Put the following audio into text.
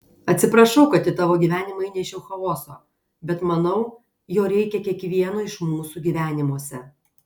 atsiprašau kad į tavo gyvenimą įnešiau chaoso bet manau jo reikia kiekvieno iš mūsų gyvenimuose